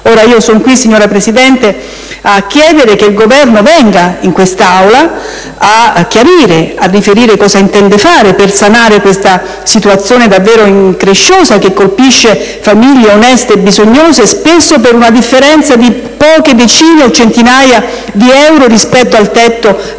ragione sono qui, signora Presidente, a chiedere che il Governo venga in questa Aula a chiarire, riferendo cosa intende fare per sanare questa situazione davvero incresciosa che colpisce famiglie oneste e bisognose - spesso per una differenza di poche decine o centinaia di euro rispetto al tetto previsto